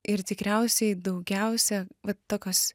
ir tikriausiai daugiausia vat tokios